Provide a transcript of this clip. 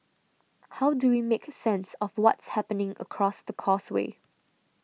how do we make sense of what's happening across the causeway